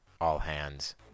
all-hands